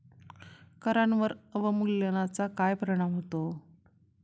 करांवर अवमूल्यनाचा काय परिणाम होतो?